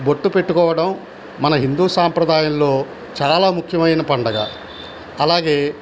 బొట్టు పెట్టుకోవడం మన హిందూ సంప్రదాయంలో చాలా ముఖ్యమైన పండగ అలాగే